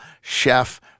chef